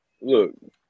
Look